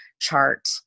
chart